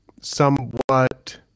somewhat